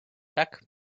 tak